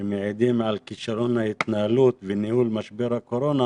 שמעידים על כישלון ההתנהגות בניהול משבר הקורונה